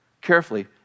carefully